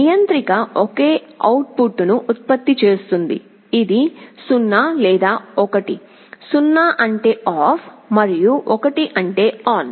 నియంత్రిక ఒకే అవుట్పుట్ను ఉత్పత్తి చేస్తుంది ఇది 0 లేదా 1 0 అంటే ఆఫ్ మరియు 1 అంటే ఆన్